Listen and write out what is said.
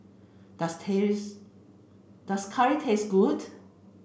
does does Curry taste good